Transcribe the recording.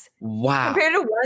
Wow